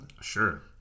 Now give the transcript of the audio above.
Sure